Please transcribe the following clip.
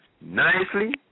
nicely